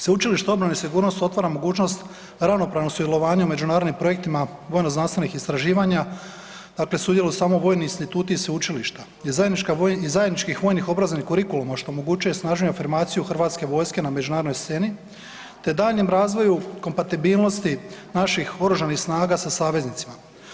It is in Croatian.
Sveučilište obrane i sigurnosti otvara mogućnost ravnopravnog sudjelovanja u međunarodnim projektima vojno znanstvenih istraživanja, dakle sudjeluju samo vojni instituti i sveučilišta iz zajednički vojnih obrazovnih kurikuluma što omogućuje snažniju afirmaciju Hrvatske vojske na međunarodnoj sceni te daljnjem razvoju kompatibilnosti naših oružanih snaga sa saveznicima.